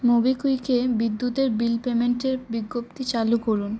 মোবিকুইকে বিদ্যুতের বিল পেমেন্টের বিজ্ঞপ্তি চালু করুন